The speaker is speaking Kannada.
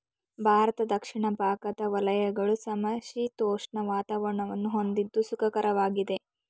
ಭಾರತದ ದಕ್ಷಿಣ ಭಾಗದ ವಲಯಗಳು ಸಮಶೀತೋಷ್ಣ ವಾತಾವರಣವನ್ನು ಹೊಂದಿದ್ದು ಸುಖಕರವಾಗಿದೆ